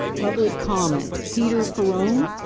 public comments. peter perone.